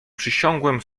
przysiągłem